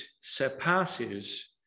surpasses